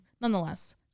nonetheless